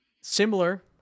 similar